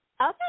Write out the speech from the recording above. Okay